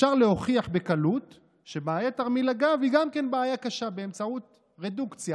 אפשר להוכיח בקלות ש"בעיית תרמיל הגב" גם היא בעיה קשה באמצעות רדוקציה,